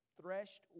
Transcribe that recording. threshed